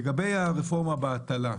לגבי הרפורמה בהטלה,